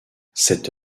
cette